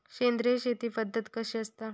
सेंद्रिय शेती पद्धत कशी असता?